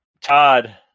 Todd